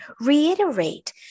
Reiterate